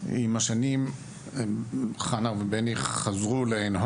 עם השנים, חנה ובני חזרו הבית,